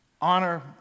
honor